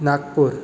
Nagpur